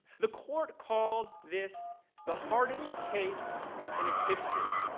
the court called this the hardest case in its history,